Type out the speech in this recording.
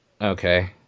Okay